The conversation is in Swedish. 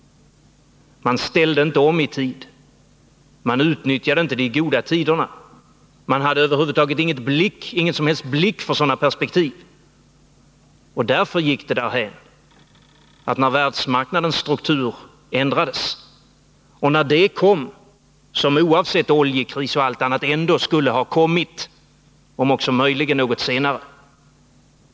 Man ställde inte om i tid, man utnyttjade inte de goda tiderna, man hade över huvud taget ingen blick för sådana perspektiv. Därför gick det därhän när världsmarknadens struktur ändrades och när det kom som oavsett oljekris och annat ändå skulle ha kommit — om också möjligen något senare.